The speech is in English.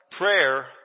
prayer